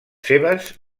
seves